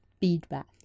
feedback